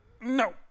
no